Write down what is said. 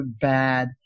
bad